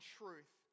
truth